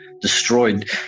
destroyed